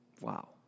Wow